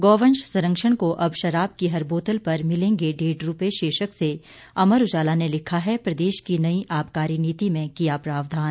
गोवंश संरक्षण को अब शराब की हर बोतल पर मिलेंगे डेढ़ रुपये शीर्षक से अमर उजाला ने लिखा है प्रदेश की नई आबकारी नीति में किया प्रावधान